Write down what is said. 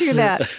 that.